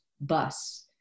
bus